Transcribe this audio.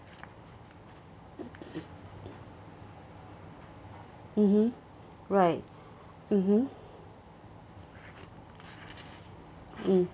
mmhmm right mmhmm mm